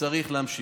צריך להמשיך.